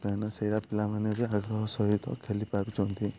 କାରଣ ସେଇଟା ପିଲାମାନେ ବି ଆଗ୍ରହ ସହିତ ଖେଲି ପାରୁଛନ୍ତି